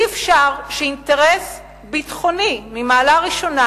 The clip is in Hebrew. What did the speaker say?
אי-אפשר שאינטרס ביטחוני ממעלה ראשונה,